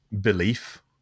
belief